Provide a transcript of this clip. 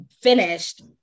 finished